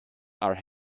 are